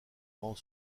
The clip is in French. rend